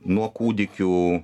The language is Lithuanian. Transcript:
nuo kūdikių